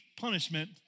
punishment